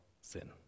sin